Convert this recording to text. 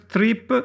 Trip